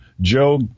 Joe